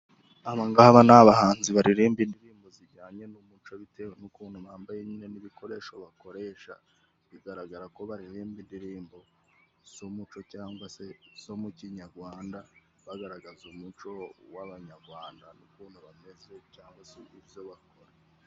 Aba ng'aba ni abahanzi baririmba indirimbo zijyanye n'umuco bitewe n'ukuntu bambaye n'ibikoresho bakoresha. Bigaragara ko baririmba indirimbo z'umuco cyangwa se zo mu kinyagwanda, bagaragaza umuco w'abanyagwanda n'ukuntu bameze cyangwa se ibyo bakora.